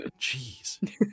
Jeez